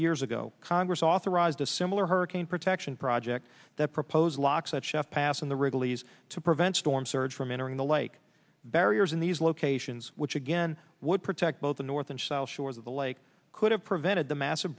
years ago congress authorized a similar hurricane protection project that proposed locks that chef pass in the wrigley's to prevent storm surge from entering the lake barriers in these locations which again would protect both the north and south shores of the lake could have prevented the massive